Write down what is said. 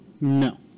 no